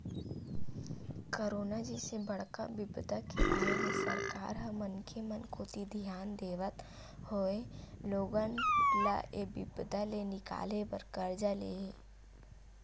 corona जइसे बड़का बिपदा के आय ले सरकार ह मनखे मन कोती धियान देवत होय लोगन ल ऐ बिपदा ले निकाले बर करजा ले हे